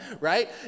right